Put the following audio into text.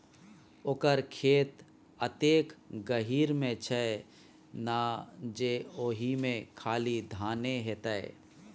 ओकर खेत एतेक गहीर मे छै ना जे ओहिमे खाली धाने हेतै